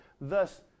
Thus